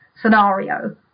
scenario